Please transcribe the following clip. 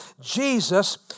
Jesus